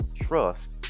trust